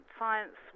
science